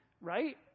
right